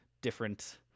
different